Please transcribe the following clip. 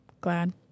glad